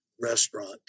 restaurant